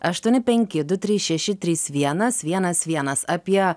aštuoni penki du trys šeši trys vienas vienas vienas apie